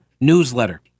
Newsletter